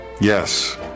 Yes